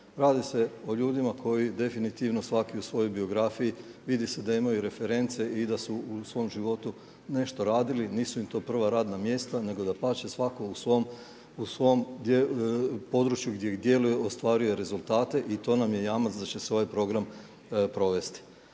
Radi se o ljudima koji definitivno svaki u svojoj biografiji vidi se da imaju reference i da su u svom životu nešto radili. Nisu im to prva radna mjesta, nego dapače svako u svom području gdje djeluju ostvaruje rezultate i to nam je jamac da će se ovaj program provesti.